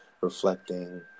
reflecting